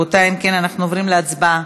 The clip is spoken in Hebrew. אם כן, אנחנו עוברים להצבעה